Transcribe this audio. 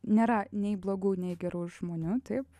nėra nei blogų nei gerų žmonių taip